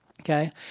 okay